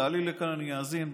תעלי לכאן, אני אאזין בכיף.